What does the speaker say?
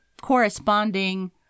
corresponding